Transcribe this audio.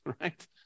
right